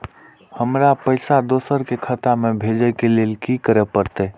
हमरा पैसा दोसर के खाता में भेजे के लेल की करे परते?